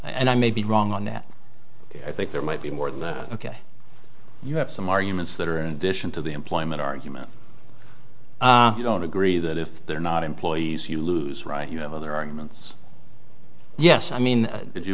and i may be wrong on that i think there might be more than that ok you have some arguments that are in addition to the employment argument you don't agree that if they're not employees you lose right you know their arguments yes i mean